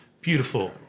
beautiful